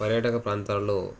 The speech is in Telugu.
పర్యాటక ప్రాంతాలలో